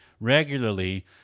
regularly